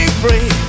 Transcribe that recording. free